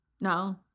no